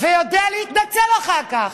ויודע להתנצל אחר כך.